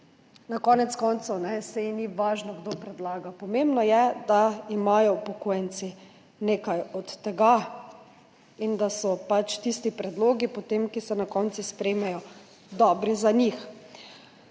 Na koncu koncev ni važno, kdo predlaga, pomembno je, da imajo upokojenci nekaj od tega in da so potem tisti predlogi, ki se na koncu sprejmejo, dobri za njih.